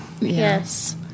Yes